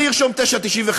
אני ארשום 9.95,